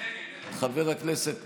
חבר הכנסת פינדרוס,